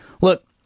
look